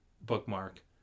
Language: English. bookmark